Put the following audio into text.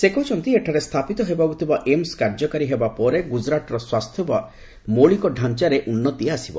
ସେ କହିଛନ୍ତି ଏଠାରେ ସ୍ଥାପିତ ହେବାକୁ ଥିବା ଏମ୍ମ କାର୍ଯ୍ୟକାରୀ ହେବା ପରେ ଗୁଜରାଟର ସ୍ୱାସ୍ଥ୍ୟସେବା ମୌଳିକ ଢାଞ୍ଚାରେ ଉନ୍ତି ଆସିବ